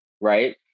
right